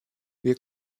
wir